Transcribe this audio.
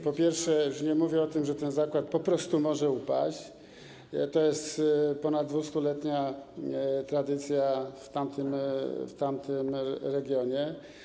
Po pierwsze, już nie mówię o tym, że ten zakład po prostu może upaść, a to jest ponad 200-letnia tradycja w tamtym regionie.